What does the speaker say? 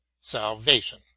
salvation